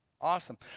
Awesome